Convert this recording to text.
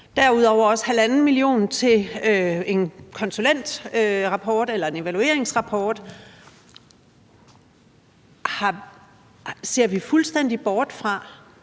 derudover også 1,5 mio. kr. til en konsulentrapport eller en evalueringsrapport. Ser vi fuldstændig bort fra,